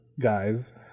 guys